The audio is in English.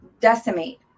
decimate